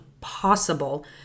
possible